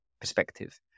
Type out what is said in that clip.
perspective